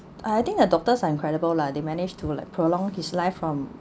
I think the doctors are incredible lah they managed to like prolong his life from